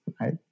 right